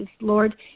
Lord